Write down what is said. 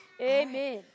Amen